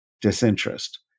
disinterest